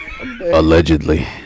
Allegedly